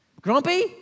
Grumpy